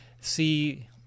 see